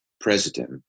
president